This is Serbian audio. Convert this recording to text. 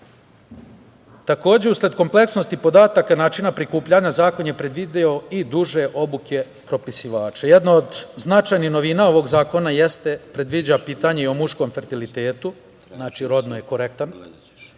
usled kompleksnosti podataka, načina prikupljanja zakon je predvideo i duže obuke propisivača. Jedna od značajnih novina ovog zakona jeste da predviđa pitanje i o muškom fertilitetu, znači rodno je korektan